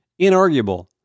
inarguable